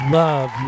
love